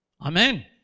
Amen